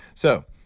so,